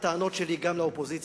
הטענות שלי גם לאופוזיציה,